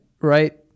right